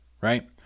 right